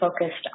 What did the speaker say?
focused